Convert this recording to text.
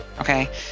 Okay